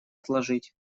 отложить